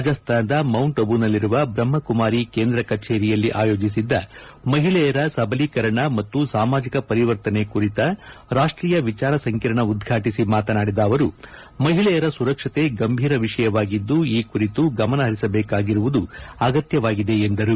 ರಾಜಸ್ತಾನದ ಮೌಂಟ್ ಅಬೂನಲ್ಲಿರುವ ಬ್ರಹ್ಮಮಾರಿ ಕೇಂದ್ರ ಕಚೇರಿಯಲ್ಲಿ ಆಯೋಜಿಸಿದ್ದ ಮಹಿಳೆಯರ ಸಬಲೀಕರಣ ಮತ್ತು ಸಾಮಾಜಿಕ ಪರಿವರ್ತನೆ ಕುರಿತ ರಾಷ್ಷೀಯ ವಿಚಾರ ಸಂಕಿರಣ ಉದ್ಘಾಟಿಸಿ ಮಾತನಾಡಿದ ಅವರು ಮಹಿಳೆಯರ ಸುರಕ್ಷತೆ ಗಂಭೀರ ವಿಷಯವಾಗಿದ್ದು ಈ ಕುರಿತು ಗಮನ ಹರಿಸಬೇಕಾಗಿರುವುದು ಅಗತ್ಯವಾಗಿದೆ ಎಂದರು